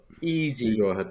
easy